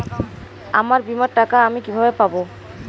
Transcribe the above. আমার বীমার টাকা আমি কিভাবে পাবো?